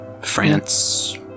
France